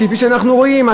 כפי שאנחנו רואים,